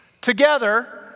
Together